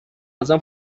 ازم